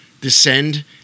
descend